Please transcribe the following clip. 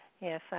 Yes